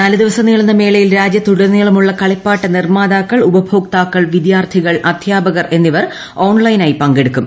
നാല് ദിവസം നീളുന്ന മേളയിൽ രാജ്യത്തുടനീളമുള്ള കളിപ്പാട്ട നിർമ്മാതാക്കൾ ഉപഭോക്താക്കൾ വിദ്യാർത്ഥികൾ അദ്ധ്യാപകർ എന്നിവർ ഓൺല്ലെനായി പങ്കെടുക്കും